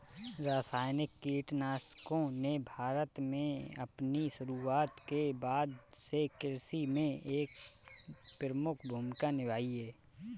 रासायनिक कीटनाशकों ने भारत में अपनी शुरूआत के बाद से कृषि में एक प्रमुख भूमिका निभाई हैं